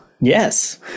Yes